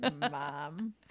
mom